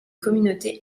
communautés